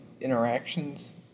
interactions